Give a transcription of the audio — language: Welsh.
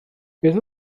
beth